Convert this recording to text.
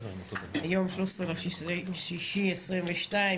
היום 13 ביוני 2022,